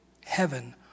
heaven